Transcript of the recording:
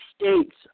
state's